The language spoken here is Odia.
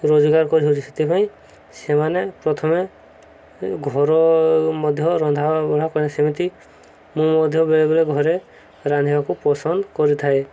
ରୋଜଗାର କରିହେଉଛି ସେଥିପାଇଁ ସେମାନେ ପ୍ରଥମେ ଘର ମଧ୍ୟ ରନ୍ଧା ବଢ଼ା ପାଇଁ ସେମିତି ମୁଁ ମଧ୍ୟ ବେଳେବେଳେ ଘରେ ରାନ୍ଧିବାକୁ ପସନ୍ଦ କରିଥାଏ